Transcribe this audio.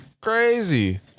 crazy